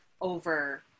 over